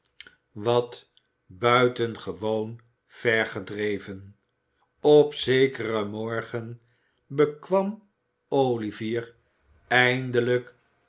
wat buitengewoon ver gedreven op zekeren morgen bekwam olivier eindelijk